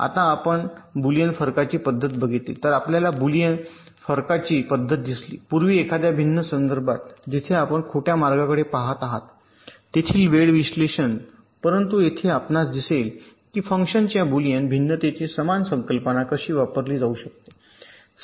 आता द्या आपण बुलियन फरकाची पद्धत बघितली तर आपल्याला बुलियन फरकाची पद्धत दिसली पूर्वी एखाद्या भिन्न संदर्भात जिथे आपण खोट्या मार्गाकडे पहात आहात तेथील वेळ विश्लेषण परंतु येथे आपणास दिसेल की फंक्शनच्या बुलियन भिन्नतेची समान संकल्पना कशी वापरली जाऊ शकते